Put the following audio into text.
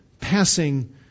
passing